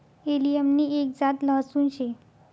allium नि एक जात लहसून शे